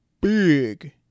big